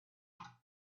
here